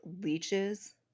leeches